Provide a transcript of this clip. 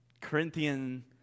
Corinthian